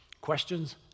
Questions